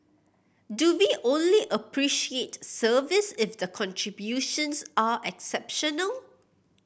do we only appreciate service if the contributions are exceptional